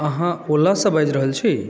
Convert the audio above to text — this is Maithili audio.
अहाँ ओलासँ बाजि रहल छी